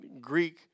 Greek